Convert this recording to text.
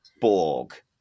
Borg